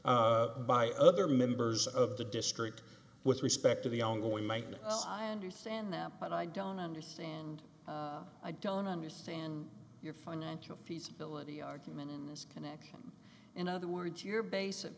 by other members of the district with respect to the ongoing might oh i understand them but i don't understand i don't understand your financial feasibility argument in this connection in other words your base of